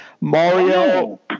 Mario